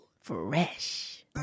Fresh